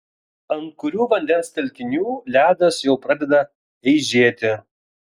ant kurių vandens telkinių ledas jau pradeda eižėti